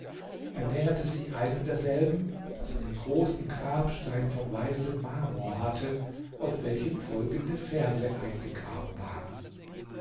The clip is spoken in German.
er näherte sich einem derselben das einen großen grabstein von weißem marmor hatte auf welchem folgende verse eingegraben waren